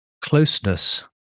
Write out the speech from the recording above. closeness